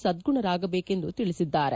ಸದ್ಗುಣರಾಗಬೇಕು ಎಂದು ತಿಳಿಸಿದ್ದಾರೆ